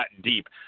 deep